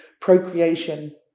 procreation